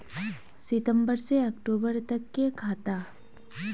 सितम्बर से अक्टूबर तक के खाता?